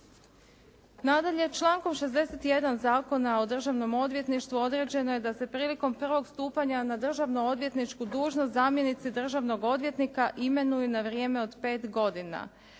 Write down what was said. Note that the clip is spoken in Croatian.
Nadalje, člankom 61. Zakona o državnom odvjetništvu određeno je da se prilikom 1. stupanja na državno odvjetničku dužnost zamjenici državnog odvjetnika imenuju na vrijeme od pet godina